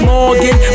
Morgan